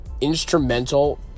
instrumental